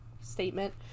statement